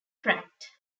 tract